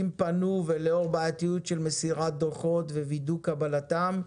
אם פנו לאור בעייתיות של מסירת דוחות ווידוא קבלתם,